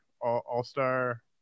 All-Star